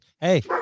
Hey